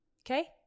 okay